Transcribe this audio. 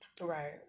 Right